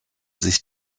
sich